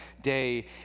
day